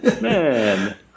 Man